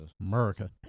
America